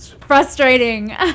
frustrating